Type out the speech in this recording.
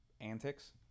antics